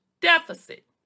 deficit